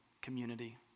community